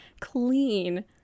clean